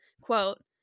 quote